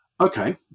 okay